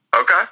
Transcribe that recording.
Okay